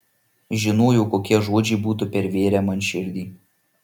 žinojau kokie žodžiai būtų pervėrę man širdį